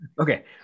Okay